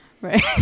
Right